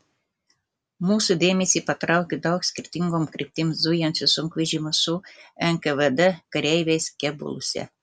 mūsų dėmesį patraukė daug skirtingom kryptim zujančių sunkvežimių su nkvd kareiviais kėbuluose